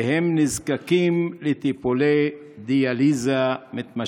והם נזקקים לטיפולי דיאליזה ממושכים.